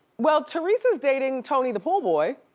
well, teresa's dating tony the pool boy.